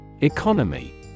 Economy